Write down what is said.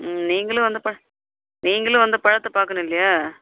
ம் நீங்களும் வந்து ப நீங்களும் வந்து பழத்தை பார்க்கணும் இல்லையா